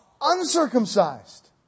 uncircumcised